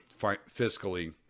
fiscally